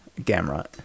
Gamrot